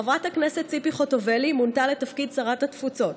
חברת הכנסת ציפי חוטובלי מונתה לתפקיד שרת התפוצות,